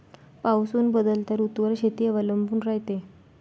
पाऊस अन बदलत्या ऋतूवर शेती अवलंबून रायते